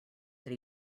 that